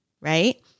right